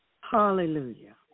Hallelujah